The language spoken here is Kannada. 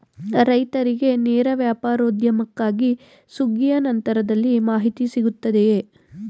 ರೈತರಿಗೆ ನೇರ ವ್ಯಾಪಾರೋದ್ಯಮಕ್ಕಾಗಿ ಸುಗ್ಗಿಯ ನಂತರದಲ್ಲಿ ಮಾಹಿತಿ ಸಿಗುತ್ತದೆಯೇ?